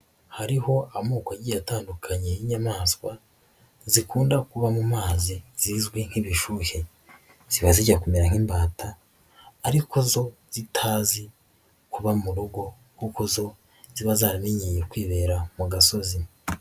Hariho amoko agiye atandukanye y'inyamaswa zikunda kuba mu mazi zizwi nk'ibishuhe, ziba zijya kumera nk'imbata ariko zo zitazi kuba mu rugo kuko zo ziba zaramenyereye kwibera mu gasozi.